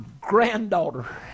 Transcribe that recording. granddaughter